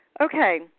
okay